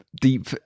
deep